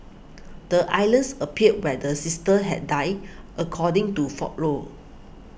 the islands appeared where the sisters had died according to folklore